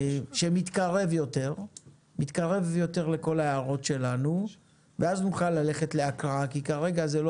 שמתקרב יותר לכל ההערות שלנו ואז נוכל ללכת להקראה כי כרגע זה לא